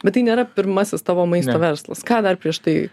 bet tai nėra pirmasis tavo maisto verslas ką dar prieš tai